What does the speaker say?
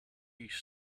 east